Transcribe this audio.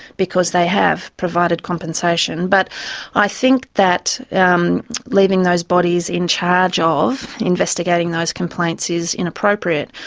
because they have provided compensation, but i think that um leaving those bodies in charge of investigating those complaints is inappropriate.